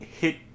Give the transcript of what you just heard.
hit